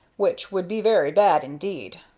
which would be very bad indeed.